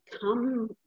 come